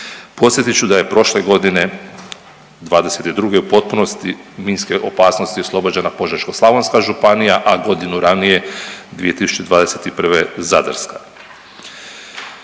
Podsjetit ću da je prošle godine '22. u potpunosti minske opasnosti oslobođena Požeško-slavonska županija, a godinu ranije 2021. Zadarska.